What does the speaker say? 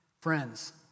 Friends